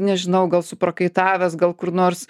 nežinau gal suprakaitavęs gal kur nors